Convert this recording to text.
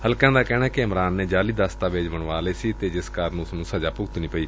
ਹਲਕਿਆਂ ਦਾ ਕਹਿਣੈ ਕਿ ਇਮਰਾਨ ਨੇ ਜਾਅਲੀ ਦਸਤਾਵੇਜ਼ ਬਣਵਾ ਲਏ ਸਨ ਜਿਸ ਕਾਰਨ ਉਸ ਨੂੰ ਸਜ਼ਾ ਭੂਗਤਣੀ ਪਈ